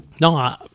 No